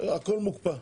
הכול מוקפא.